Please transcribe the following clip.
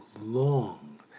long